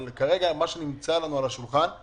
אבל כרגע מה שנמצא לנו על השולחן הוא